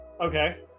okay